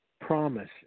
promise